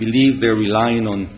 believe they're relying on